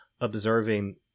observing